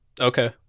Okay